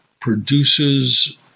produces